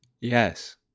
yes